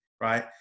right